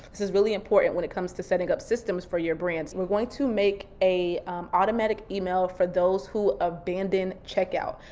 this is really important when it comes to setting up systems for your brands. we are going to make a automatic email for those who abandoned checkout.